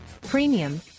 premium